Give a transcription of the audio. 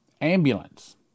ambulance